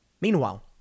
Meanwhile